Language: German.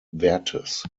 wertes